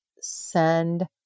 send